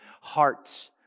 Hearts